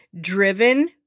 Driven